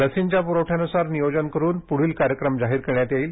लसींच्या पुरवठ्यानुसार नियोजन करून पुढील कार्यक्रम जाहीर करण्यात येईल